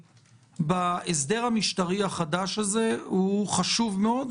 בהסדר המשטרי החדש הזה הוא חשוב מאוד,